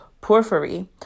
porphyry